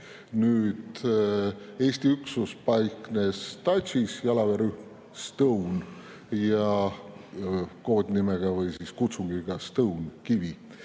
Nüüd, Eesti üksus paiknes Tajis, jalaväerühm Stone, koodnimega või kutsungiga Stone – Kivi.